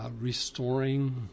restoring